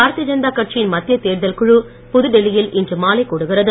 பாரதீய ஜனதா கட்சியின் மத்திய தேர்தல் குழு புதுடெல்லியில் இன்று மாலை கூடுகிறது